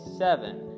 seven